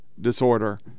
disorder